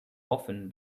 often